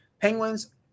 Penguins